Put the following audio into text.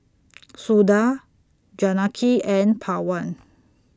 Suda Janaki and Pawan